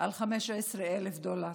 על 15,000 דולר.